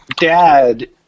dad